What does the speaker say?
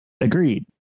Agreed